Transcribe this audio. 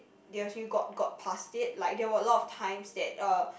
they eventually got got passed it like there were a lot of times that uh